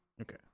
Okay